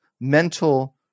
mental